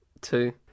Two